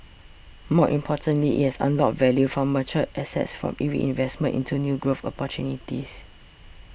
more importantly it has unlocked value from mature assets for reinvestment into new growth opportunities